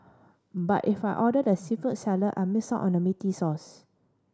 but if I order the seafood salad I miss out on the meaty sauce